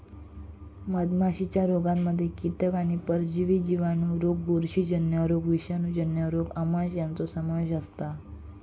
मधमाशीच्या रोगांमध्ये कीटक आणि परजीवी जिवाणू रोग बुरशीजन्य रोग विषाणूजन्य रोग आमांश यांचो समावेश असता